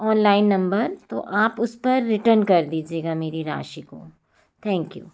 online number तो आप उस पर रिटर्न कर दीजिएगा मेरी राशि को थैंक्यू